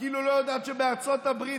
כאילו היא לא יודעת שבארצות הברית,